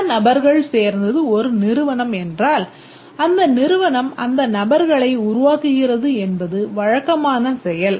பல நபர்கள் சேர்ந்தது ஒரு நிறுவனம் என்றால் அந்த நிறுவனம் அந்த நபர்களை உருவாக்குகிறது என்பது வழக்கமான செயல்